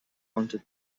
wanted